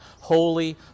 Holy